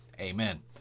Amen